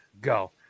go